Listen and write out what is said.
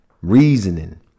reasoning